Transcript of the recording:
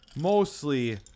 mostly